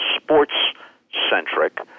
sports-centric